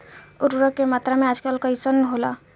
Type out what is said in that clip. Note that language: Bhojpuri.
उर्वरक के मात्रा में आकलन कईसे होला?